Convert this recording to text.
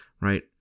right